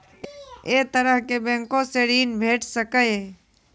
ऐ तरहक बैंकोसऽ ॠण भेट सकै ये?